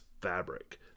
fabric